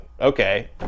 okay